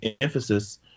emphasis